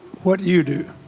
what you do?